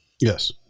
Yes